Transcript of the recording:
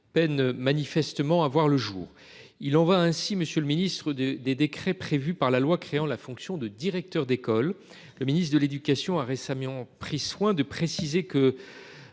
peinent manifestement à voir le jour. Il en va ainsi, Monsieur le Ministre de des décrets prévu par la loi créant la fonction de directeur d'école, le ministre de l'Éducation a récemment pris soin de préciser que.